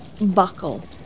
buckle